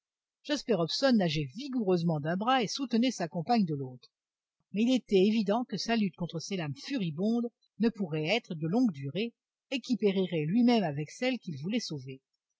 jasper hobson nageait vigoureusement d'un bras et soutenait sa compagne de l'autre mais il était évident que sa lutte contre ces lames furibondes ne pourrait être de longue durée et qu'il périrait lui-même avec celle qu'il voulait sauver